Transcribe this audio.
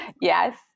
yes